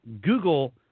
Google